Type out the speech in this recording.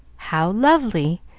how lovely!